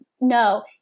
no